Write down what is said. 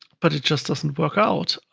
but it just doesn't work out.